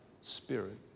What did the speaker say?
Spirit